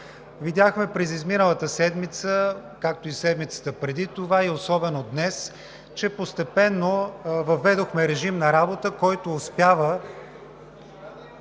Видяхме през изминалата седмица, както и седмицата преди това, и особено днес, че постепенно въведохме режим на работа, който успява…